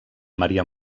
maria